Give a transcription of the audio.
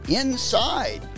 inside